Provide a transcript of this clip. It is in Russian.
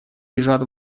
лежат